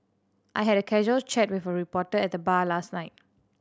I had a casual chat with a reporter at the bar last night